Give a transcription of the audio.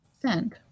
send